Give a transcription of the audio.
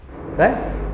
Right